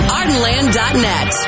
ardenland.net